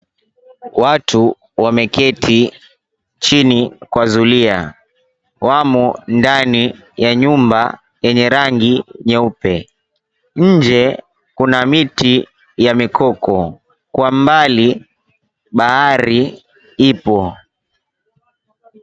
Watu wameketi chini kwa zulia. Wamo ndani ya nyumba yenye rangi nyeupe. Nje kuna miti ya mikoko. Kwa mbali bahari ipo.